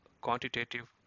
quantitative